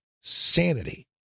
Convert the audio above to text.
sanity